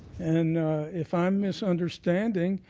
and and if i'm misunderstanding,